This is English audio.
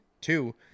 two